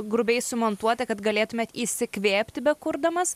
grubiai sumontuotą kad galėtumėt įsikvėpti be kurdamas